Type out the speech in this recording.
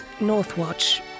Northwatch